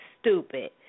stupid